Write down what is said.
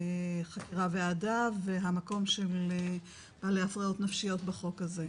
חקירה והמקום של הפרעות נפשיות בחוק הזה.